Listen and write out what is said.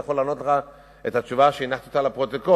אני יכול לענות לך שוב את התשובה שנמסרה לפרוטוקול.